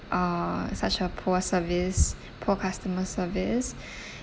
uh such a poor service poor customer service